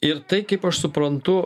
ir tai kaip aš suprantu